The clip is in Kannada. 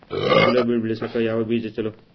ಗುಲಾಬಿ ಬೆಳಸಕ್ಕ ಯಾವದ ಬೀಜಾ ಚಲೋ?